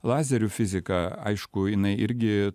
lazerių fizika aišku jinai irgi